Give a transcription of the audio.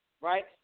right